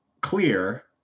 clear